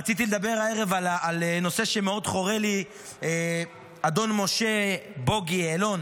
רציתי לדבר הערב על נושא שמאוד חורה לי: אדון משה בוגי יעלון,